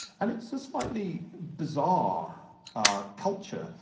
and it's a slightly bizarre culture,